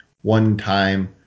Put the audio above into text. one-time